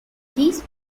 this